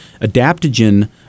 Adaptogen